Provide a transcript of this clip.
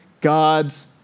God's